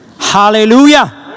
Hallelujah